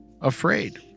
afraid